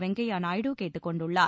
வெங்கையா நாயுடு கேட்டுக் கொண்டுள்ளார்